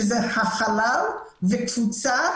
שזה החלל וקבוצה,